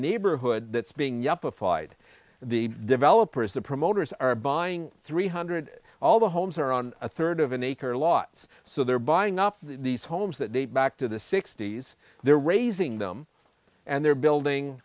neighborhood that's being yuppified the developers the promoters are buying three hundred all the homes are on a third of an acre lot so they're buying up these homes that date back to the sixty's they're raising them and they're building